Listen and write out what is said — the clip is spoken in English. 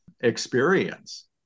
experience